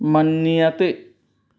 मन्यते